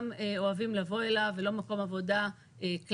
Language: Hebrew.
אוהבים לבוא אליו ולא מקום עבודה קלאסי.